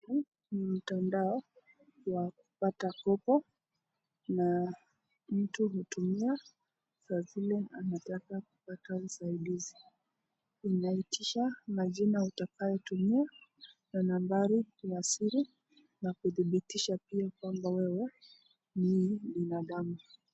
Huu ni mtandao wa kupata kopo na mtu hutumia saa zile anataka kupata usaidizi, inaitisha majina utakayo tumia na nambari ya siri na kuthibitisha pia kwamba wewe ni binadamu.